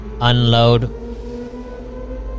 unload